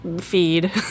feed